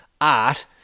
art